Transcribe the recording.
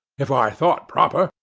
if i thought proper,